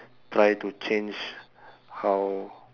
try to change how